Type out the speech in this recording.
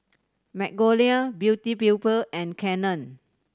Magnolia Beauty People and Canon